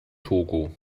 togo